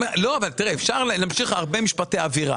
אפשר להמשיך הרבה משפטי אווירה.